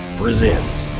presents